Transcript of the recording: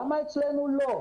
למה אצלנו לא?